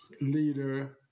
leader